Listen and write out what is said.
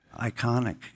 iconic